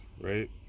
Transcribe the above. right